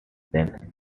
than